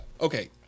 Okay